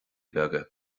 beaga